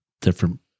different